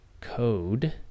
code